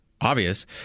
obvious